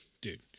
dude